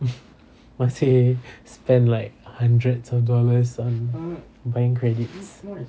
mm masih spend like hundreds of dollars on buying credits